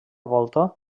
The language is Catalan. volta